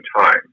time